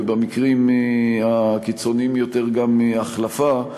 ובמקרים הקיצוניים ביותר גם החלפה.